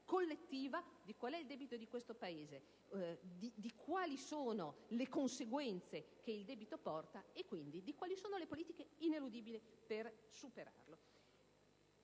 collettiva di quale sia il debito di questo Paese, di quali sono le conseguenze che il debito porta e, quindi, di quali siano le politiche ineludibili per superarlo.